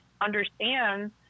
Understand